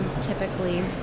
typically